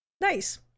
Nice